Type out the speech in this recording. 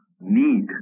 need